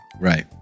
Right